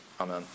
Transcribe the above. amen